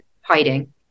hiding